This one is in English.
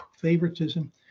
favoritism